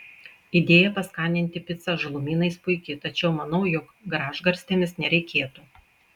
idėja paskaninti picą žalumynais puiki tačiau manau jog gražgarstėmis nereikėtų